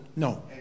No